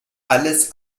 alles